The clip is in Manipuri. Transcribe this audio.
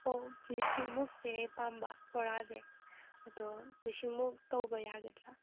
ꯍꯣ ꯂꯤꯁꯤꯡ ꯃꯨꯛꯁꯦ ꯄꯥꯝꯕ ꯕꯣꯔꯥꯁꯦ ꯑꯗꯣ ꯂꯤꯁꯤꯡꯃꯨꯛ ꯇꯧꯕ ꯌꯥꯒꯗ꯭ꯔ